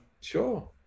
Sure